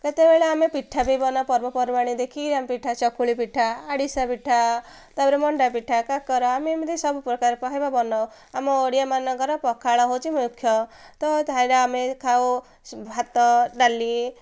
କେତେବେଳେ ଆମେ ପିଠା ବି ବନାଉ ପର୍ବପର୍ବାଣି ଦେଖି ହଇରାମ ପିଠା ଚକୁୁଳି ପିଠା ଆରିସା ପିଠା ତାପରେ ମଣ୍ଡା ପିଠା କାକରା ଆମେ ଏମିତି ସବୁପ୍ରକାର କହବା ବନାଉ ଆମ ଓଡ଼ିଆମାନଙ୍କର ପଖାଳ ହେଉଛି ମୁଖ୍ୟ ତ ତାହିରେ ଆମେ ଖାଉ ଭାତ ଡାଲି